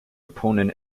opponent